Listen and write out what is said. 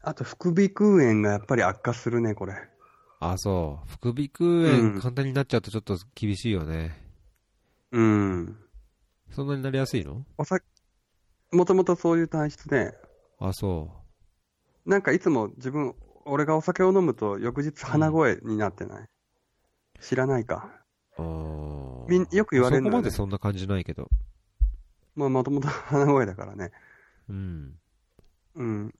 あと副鼻腔炎がやっぱり悪化するね、これ。あ、そう。副鼻腔炎うん。簡単になっちゃうとちょっと厳しいよね。うん。そんなになりやすいの？おさ- もともとそういう体質で。あ、そう。なんかいつも自分、俺がお酒を飲むと翌日鼻声になってない？うん。知らないか。あー。みん- よく言われるのね。そこまでそんな感じないけど。まあ、もともと鼻声だからね。うん。うん。